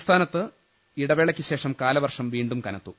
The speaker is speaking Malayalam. സംസ്ഥാനത്ത് ഇടവേളയ്ക്ക് ശേഷം കാലവർഷം വീണ്ടും കനത്തു